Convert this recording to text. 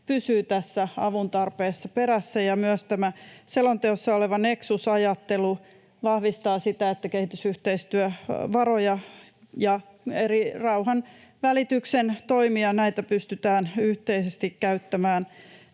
pysyy tässä avun tarpeessa perässä, ja myös tämä selonteossa oleva neksusajattelu vahvistaa sitä, että kehitysyhteistyövaroja ja eri rauhanvälityksen toimia pystytään yhteisesti käyttämään